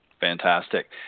Fantastic